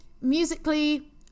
musically